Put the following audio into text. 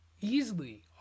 easily